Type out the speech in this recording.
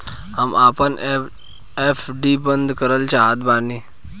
हम आपन एफ.डी बंद करना चाहत बानी